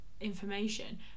information